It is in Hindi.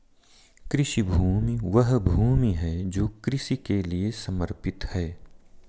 कृषि भूमि वह भूमि है जो कृषि के लिए समर्पित है